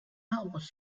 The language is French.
arbres